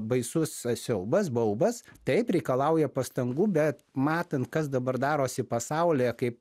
baisus siaubas baubas taip reikalauja pastangų bet matant kas dabar darosi pasaulyje kaip